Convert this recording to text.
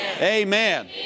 Amen